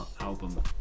album